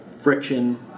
friction